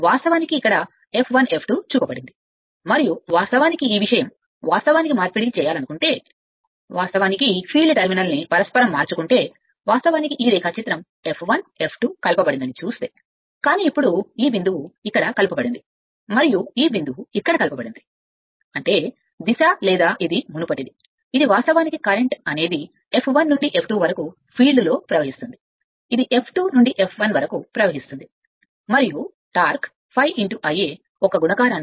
వాస్తవానికి F1 F1 F2 అని పిలవబడేది చూపబడింది మరియు వాస్తవానికి ఈ విషయం వాస్తవానికి మార్పిడి చేయాలనుకుంటే వాస్తవానికి ఫీల్డ్ టెర్మినల్ను పరస్పరం మార్చుకుంటే వాస్తవానికి ఈ రేఖాచిత్రం F1 F2 కలప బడిందని చూస్తే కానీ ఇప్పుడు ఈ బిందువు ఇక్కడ కలప బడింది మరియు ఈ బిందువు ఇక్కడ కలప బడింది అంటే దిశ లేదా ఇది మునుపటిది ఇది వాస్తవానికి కరెంట్అనేది F1 నుండి F2 వరకు ఫీల్డ్లో ప్రవహిస్తోంది ఈ F2 నుండి F1 వరకు ప్రవహిస్తుంది మరియు టార్క్ ∅∅ లబ్దం కి